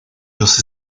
los